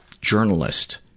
journalist